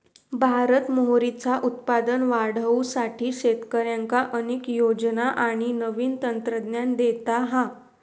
भारत मोहरीचा उत्पादन वाढवुसाठी शेतकऱ्यांका अनेक योजना आणि नवीन तंत्रज्ञान देता हा